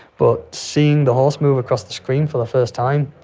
but seeing the horse move across the screen for the first time,